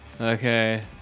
Okay